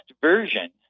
version